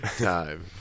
time